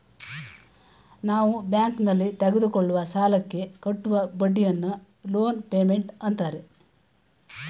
ನಾವು ಬ್ಯಾಂಕ್ನಲ್ಲಿ ತೆಗೆದುಕೊಳ್ಳುವ ಸಾಲಕ್ಕೆ ಕಟ್ಟುವ ಬಡ್ಡಿಯನ್ನು ಲೋನ್ ಪೇಮೆಂಟ್ ಅಂತಾರೆ